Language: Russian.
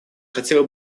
хотела